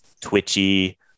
twitchy